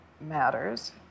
matters